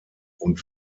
und